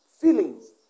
Feelings